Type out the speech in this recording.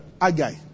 Agai